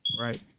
Right